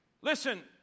Listen